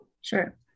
Sure